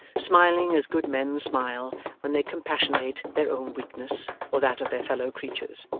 smiling as good men smile when they compassionate their own weakness or that of their fellow-creatures,